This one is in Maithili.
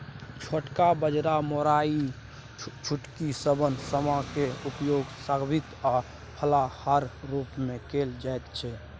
छोटका बाजरा मोराइयो कुटकी शवन समा क उपयोग सात्विक आ फलाहारक रूप मे कैल जाइत छै